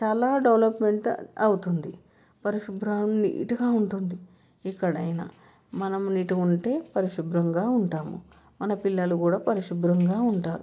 చాలా డెవలప్మెంట్ అవుతుంది పరిశుభ్రం నీట్గా ఉంటుంది ఎక్కడైనా మనము నీట్గా ఉంటే పరిశుభ్రంగా ఉంటాము మన పిల్లలు కూడా పరిశుభ్రంగా ఉంటారు